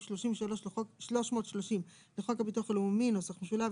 330 לחוק הביטוח הלאומי (נוסח משולב),